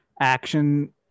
action